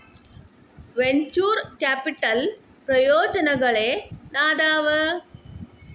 venture capital ಪ್ರಯೋಜನಗಳೇನಾದವ